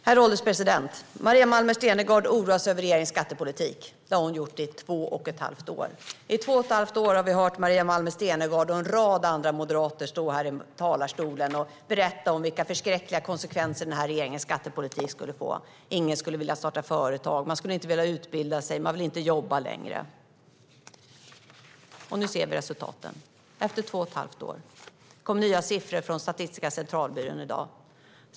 Herr ålderspresident! Maria Malmer Stenergard oroar sig över regeringens skattepolitik. Det har hon gjort i två och ett halvt år. I två och ett halvt år har vi hört Maria Malmer Stenergard och en rad andra moderater berätta här i talarstolen om vilka förskräckliga konsekvenser regeringens skattepolitik skulle få. Ingen skulle vilja starta företag. Man skulle inte vilja utbilda sig. Man skulle inte vilja jobba längre. Nu ser vi resultaten, efter två och ett halvt år. Det kom nya siffror från Statistiska centralbyrån i dag.